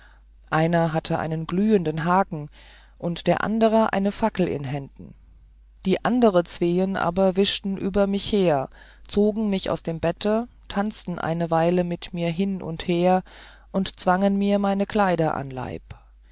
einer hatte einen glühenden haken und der ander eine fackel in händen die andere zween aber wischten über mich her zogen mich aus dem bette tanzten eine weile mit mir hin und her und zwangen mir meine kleider an leib